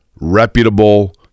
reputable